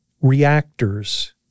reactors